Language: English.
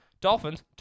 Dolphins